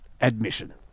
admission